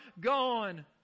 gone